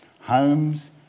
homes